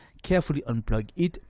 carefully unplug it,